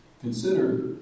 Consider